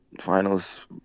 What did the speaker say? finals